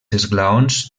esglaons